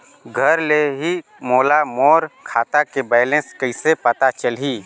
घर ले ही मोला मोर खाता के बैलेंस कइसे पता चलही?